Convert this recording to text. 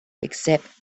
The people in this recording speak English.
except